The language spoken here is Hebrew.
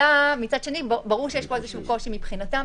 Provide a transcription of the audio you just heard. מצד שני, ברור שיש פה איזשהו קושי מבחינתם.